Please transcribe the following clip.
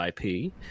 IP